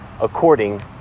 according